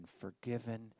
forgiven